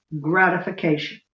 gratification